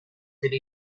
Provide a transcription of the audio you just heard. could